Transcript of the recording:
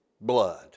blood